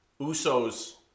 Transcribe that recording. Usos